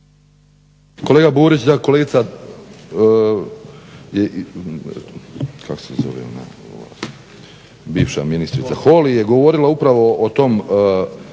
Kolega Burić, kolegica Holy je govorila upravo o tom